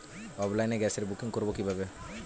অফলাইনে গ্যাসের বুকিং করব কিভাবে?